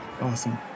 awesome